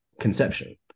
conception